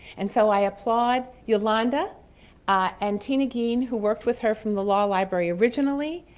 and so i applaud yolanda and tina gein who worked with her from the law library originally,